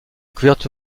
couverture